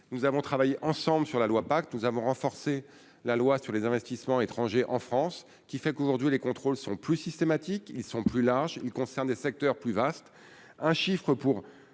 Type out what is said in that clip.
nous avons travaillé ensemble sur la loi pacte nous avons renforcé la loi sur les investissements étrangers en France qui fait qu'aujourd'hui les contrôles sont plus systématique ils sont plus larges, il concerne des secteurs plus vaste, un chiffre pour